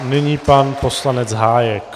Nyní pan poslanec Hájek.